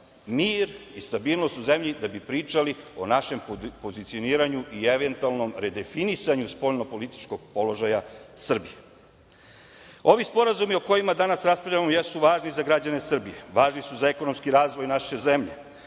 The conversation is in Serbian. mir i stabilnost u zemlji, da bi pričali o našem pozicioniranju i eventualnom redefinisanju spoljnopolitičkog položaja Srbije. Ovi sporazumi o kojima danas raspravljamo jesu važni za građane Srbije, važni su za ekonomski razvoj naše zemlje,